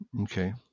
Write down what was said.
Okay